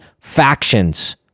factions